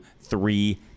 three